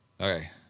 Okay